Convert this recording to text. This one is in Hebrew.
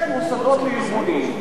יש מוסדות וארגונים,